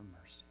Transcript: mercy